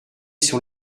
sur